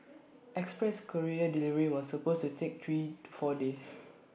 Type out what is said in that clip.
express courier delivery was supposed to take three to four days